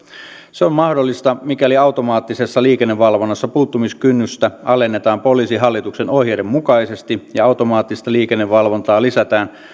se on mahdollista mikäli automaattisessa liikennevalvonnassa puuttumiskynnystä alennetaan poliisihallituksen ohjeiden mukaisesti ja automaattista liikennevalvontaa lisätään